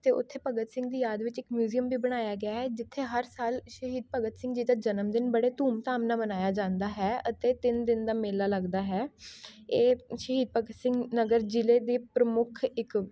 ਅਤੇ ਉੱਥੇ ਭਗਤ ਸਿੰਘ ਦੀ ਯਾਦ ਵਿੱਚ ਮਿਊਜ਼ੀਅਮ ਵੀ ਬਣਾਇਆ ਗਿਆ ਹੈ ਜਿੱਥੇ ਹਰ ਸਾਲ ਸ਼ਹੀਦ ਭਗਤ ਸਿੰਘ ਜੀ ਦਾ ਜਨਮ ਦਿਨ ਬੜੇ ਧੂਮਧਾਮ ਨਾਲ਼ ਮਨਾਇਆ ਜਾਂਦਾ ਹੈ ਅਤੇ ਤਿੰਨ ਦਿਨ ਦਾ ਮੇਲਾ ਲੱਗਦਾ ਹੈ ਇਹ ਸ਼ਹੀਦ ਭਗਤ ਸਿੰਘ ਨਗਰ ਜ਼ਿਲ੍ਹੇ ਦੀ ਪ੍ਰਮੁੱਖ ਇੱਕ